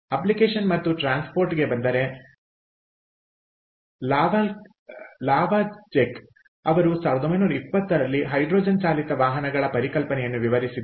application ಮತ್ತು ಟ್ರಾನ್ಸ್ಪೋರ್ಟ್ಗೆ ಬಂದರೆ ಲಾವಾಕ್ಜೆಕ್ ಅವರು 1920 ರಲ್ಲಿ ಹೈಡ್ರೋಜನ್ ಚಾಲಿತ ವಾಹನಗಳ ಪರಿಕಲ್ಪನೆಯನ್ನು ವಿವರಿಸಿದ್ದರು